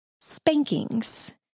spankings